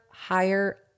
higher